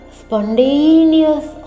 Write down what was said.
spontaneous